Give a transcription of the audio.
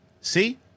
See